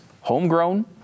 homegrown